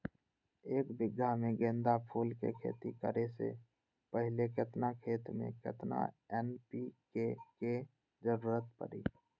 एक बीघा में गेंदा फूल के खेती करे से पहले केतना खेत में केतना एन.पी.के के जरूरत परी?